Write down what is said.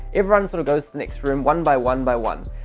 everyone sort of goes to the next room one by one by one.